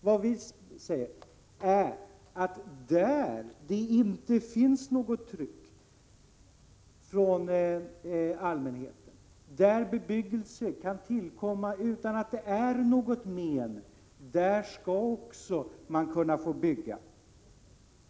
Vad vi säger är att där det inte finns något tryck från allmänheten, där bebyggelse kan tillkomma utan att den är någon till men — där skall man också kunna få bygga.